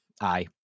aye